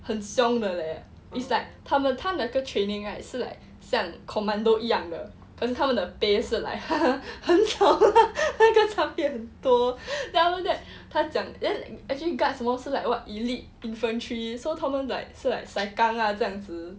很凶的 leh it's like 他们他们那个 training right 是 like 像 commando 一样的 then 他们的 pay 是 like 很少那个差别很多 then after that 他讲 then actually guards 是 like what elite infantry so 他们 like 是 like sai kang lah 这样子